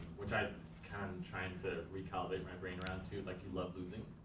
which i'm trying to recalibrate my brain around to, you like you love losing?